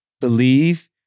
believe